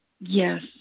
Yes